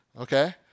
okay